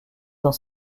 dans